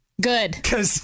Good